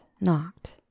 knocked